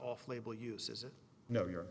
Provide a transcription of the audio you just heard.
off label use is it no you're